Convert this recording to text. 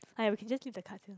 ah we can just leave the cards here